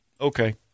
Okay